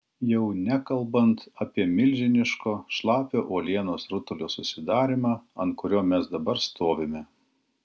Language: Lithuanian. jau nekalbant apie milžiniško šlapio uolienos rutulio susidarymą ant kurio mes dabar stovime